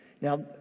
Now